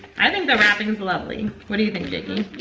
i think the wrapping's lovely, what do you think, jakey?